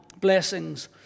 blessings